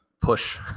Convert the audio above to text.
push